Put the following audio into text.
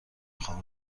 خوام